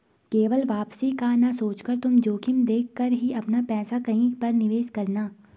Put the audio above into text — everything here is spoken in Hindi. केवल वापसी का ना सोचकर तुम जोखिम देख कर ही अपना पैसा कहीं पर निवेश करना